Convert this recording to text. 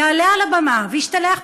יעלה על הבמה וישתלח,